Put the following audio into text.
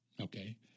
Okay